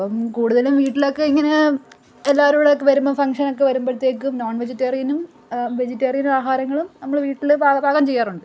അപ്പം കൂടുതലും വീട്ടിലൊക്കെ ഇങ്ങനെ എല്ലാവരും കൂടെ ഒക്കെ വരുമ്പം ഫംഗ്ഷൻ ഒക്കെ വരുമ്പോഴത്തേക്ക് നോൺ വെജിറ്റേറിയനും വെജിറ്റേറിയൻ ആഹാരങ്ങളും നമ്മള് വീട്ടില് പാക പാകം ചെയ്യാറുണ്ട്